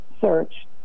search